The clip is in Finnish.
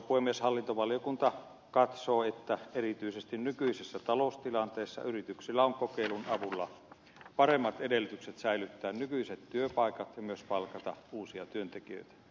hallintovaliokunta katsoo että erityisesti nykyisessä taloustilanteessa yrityksillä on kokeilun avulla paremmat edellytykset säilyttää nykyiset työpaikat ja myös palkata uusia työntekijöitä